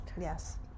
Yes